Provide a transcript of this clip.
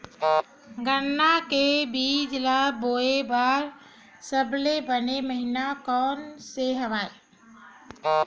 गन्ना के बीज ल बोय बर सबले बने महिना कोन से हवय?